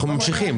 אנחנו ממשיכים,